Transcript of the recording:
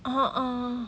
uh uh